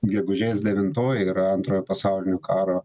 gegužės devintoji yra antrojo pasaulinio karo